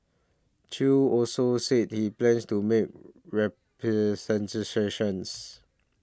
Chew also said he plans to make